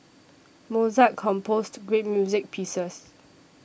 Mozart composed great music pieces